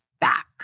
back